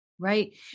right